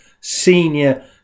senior